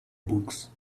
books